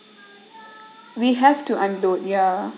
we have to unload ya